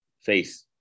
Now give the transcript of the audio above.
face